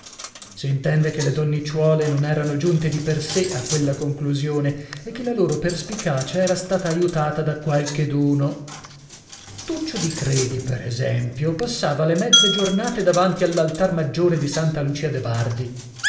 jacopo s'intende che le donnicciuole non erano giunte di per sè a quella conclusione e che la loro perspicacia era stata aiutata da qualcheduno tuccio di credi per esempio passava le mezze giornate davanti all'altar maggiore di santa lucia de bardi